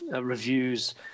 reviews